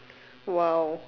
!wow!